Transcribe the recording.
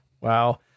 Wow